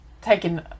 taking